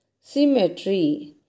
Symmetry